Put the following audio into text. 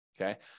Okay